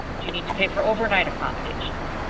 do you need to pay for overnight accommodations?